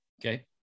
okay